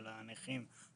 של הנכים?